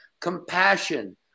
Compassion